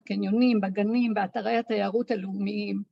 בקניונים, בגנים, באתרי התיירות הלאומיים.